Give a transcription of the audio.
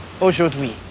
aujourd'hui